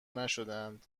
نشدهاند